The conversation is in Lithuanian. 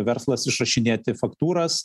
verslas išrašinėti faktūras